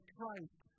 Christ